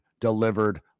delivered